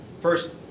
first